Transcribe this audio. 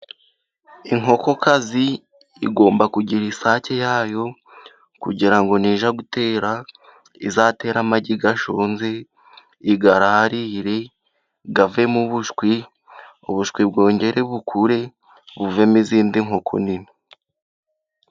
Inkokokazi igomba kugira isake yayo kugira ngo nijya gutera izatere amagi gashunze, iyararire avemo ubushwi, ubushwi bwongere bukure buvemo izindi nkoko nini.